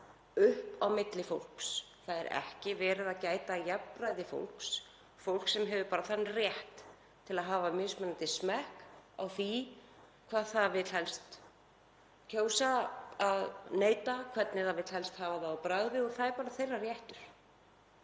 upp á milli fólks. Það er ekki verið að gæta að jafnræði fólks. Fólk hefur bara þann rétt að hafa mismunandi smekk á því hvers það kýs helst að neyta, hvernig það vill helst hafa það á bragðið. Það er þeirra réttur.